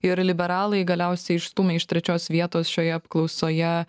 ir liberalai galiausiai išstūmė iš trečios vietos šioje apklausoje